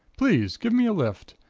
please give me a lift.